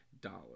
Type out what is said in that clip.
dollar